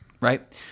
Right